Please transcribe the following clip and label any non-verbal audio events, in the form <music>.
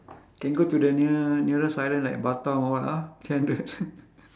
can go to the near nearest island like batam or what ah three hundred <laughs>